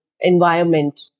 environment